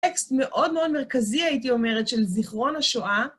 טקסט מאוד מאוד מרכזי, הייתי אומרת, של זכרון השואה.